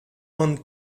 and